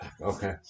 Okay